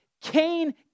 Cain